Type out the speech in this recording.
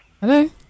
hello